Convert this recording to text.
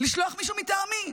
לשלוח מישהו מטעמי,